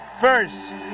first